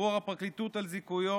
ערעור הפרקליטות על זיכויו